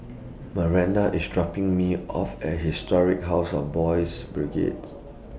Miranda IS dropping Me off At Historic House of Boys' Brigade